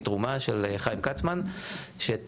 מתרומה של חיים כצמן שתרם,